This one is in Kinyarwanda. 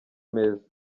meza